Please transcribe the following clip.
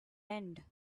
end